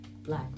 Black